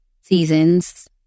seasons